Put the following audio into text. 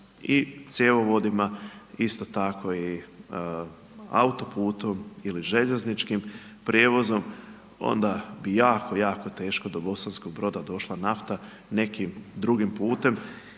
i cjevovodima, isto tako i autoputom ili željezničkim prijevozom, onda bi jako, jako teško do Bosanskog Broda došla nafta nekim drugim putem